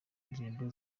ndirimbo